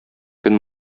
көн